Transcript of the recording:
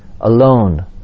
alone